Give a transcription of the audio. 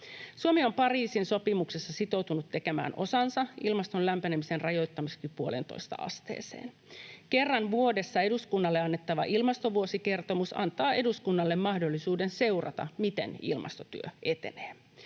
Suomi on Pariisin sopimuksessa sitoutunut tekemään osansa ilmaston lämpenemisen rajoittamiseksi 1,5 asteeseen. Kerran vuodessa eduskunnalle annettava ilmastovuosikertomus antaa eduskunnalle mahdollisuuden seurata, miten ilmastotyö etenee.